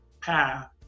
path